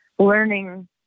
Learning